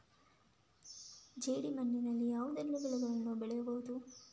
ಜೇಡಿ ಮಣ್ಣಿನಲ್ಲಿ ಯಾವುದೆಲ್ಲ ಬೆಳೆಗಳನ್ನು ಬೆಳೆಯಬಹುದು?